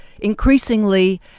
increasingly